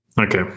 Okay